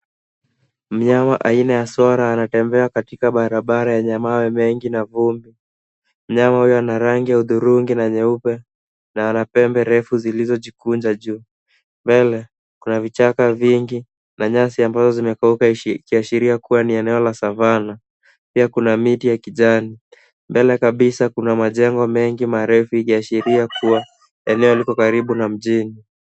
Mnyama aina ya swara anatembea katika barabara yenye mawe mengi na vumbi. Mnyama huyu ana rangi ya hudhurungi na nyeupe na ana pembe refu zilizojikunja juu. Mbele kuna vichaka vingi na nyasi ambayo imekauka ikiashiria kuwa ni eneo la Savanna. Pia kuna miti ya kijani. Mbele kabisa na kuna majengo mengi marefu ikiashiria kuwa eneo liko karibu na mjini.